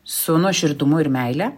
su nuoširdumu ir meile